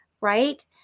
right